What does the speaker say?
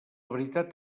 veritat